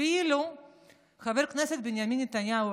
אילו חבר הכנסת בנימין נתניהו,